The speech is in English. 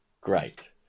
Great